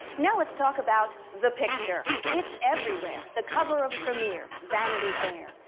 now let's talk about the picture, it's everywhere, the cover of premier, vanity fair.